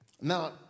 Now